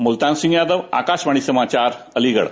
मुल्तान सिंह यादव आकाशवाणी समाचार अलीगढ़